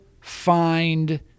find